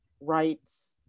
rights